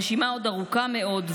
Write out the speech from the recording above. הרשימה עוד ארוכה מאוד,